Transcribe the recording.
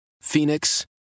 Phoenix